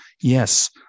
Yes